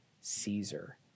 Caesar